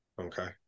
okay